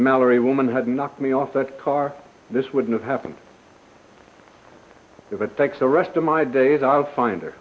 mallory woman had knocked me off that car this wouldn't have happened if it takes the rest of my days i'll find her